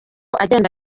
agenda